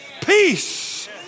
peace